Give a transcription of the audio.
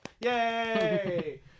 Yay